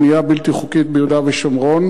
בנייה בלתי חוקית, ביהודה ושומרון,